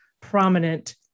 prominent